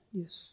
yes